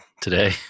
today